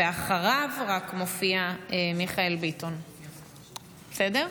ורק אחריו מופיע מיכאל ביטון, בסדר?